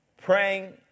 Praying